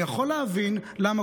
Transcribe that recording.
אני יכול להבין למה,